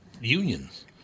unions